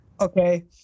okay